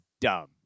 dumb